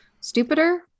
stupider